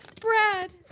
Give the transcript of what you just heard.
Brad